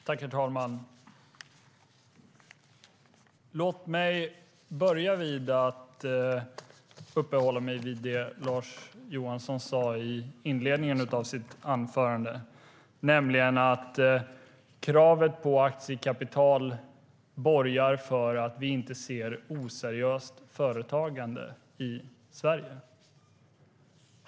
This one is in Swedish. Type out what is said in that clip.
Herr talman! Låt mig börja med att uppehålla mig vid det Lars Eriksson sa i inledningen av sitt anförande, nämligen att kravet på aktiekapital borgar för att vi inte ser oseriöst företagande i Sverige.